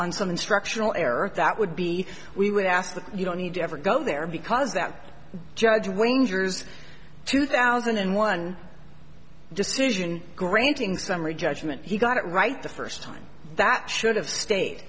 on some instructional error that would be we would ask that you don't need to ever go there because that judge wagers two thousand and one decision granting summary judgment he got it right the first time that should have sta